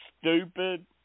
stupid